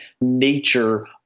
nature